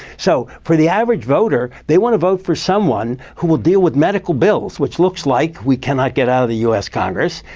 so for the average voter, they want to vote for someone who will deal with medical bills, which looks like we cannot get out of the us congress,